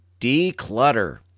Declutter